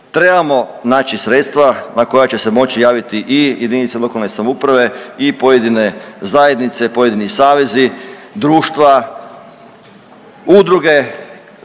trebamo naći sredstava na koja će se moći javiti i JLS i pojedine zajednice i pojedini savezi, društva, udruge